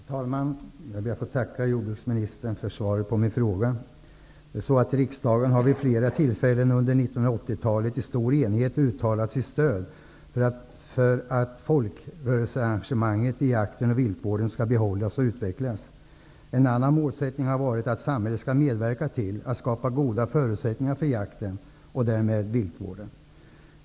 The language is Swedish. Herr talman! Jag ber att få tacka jordbruksministern för svaret på min fråga. Riksdagen har vid flera tillfällen under 1980-talet i stor enighet uttalat sitt stöd för att folkrörelsearrangemanget i jakten och villkoren därför skall behållas och utvecklas. En annan målsättning har varit att samhället skall medverka till att skapa goda förutsättningar för jakten, och därmed villkoren.